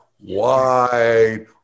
wide